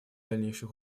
дальнейший